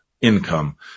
income